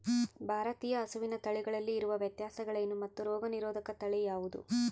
ಭಾರತೇಯ ಹಸುವಿನ ತಳಿಗಳಲ್ಲಿ ಇರುವ ವ್ಯತ್ಯಾಸಗಳೇನು ಮತ್ತು ರೋಗನಿರೋಧಕ ತಳಿ ಯಾವುದು?